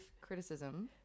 criticism